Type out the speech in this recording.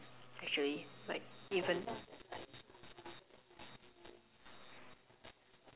actually like even